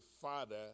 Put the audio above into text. father